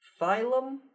Phylum